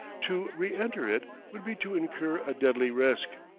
to reenter it would be to incur a deadly risk.